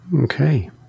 Okay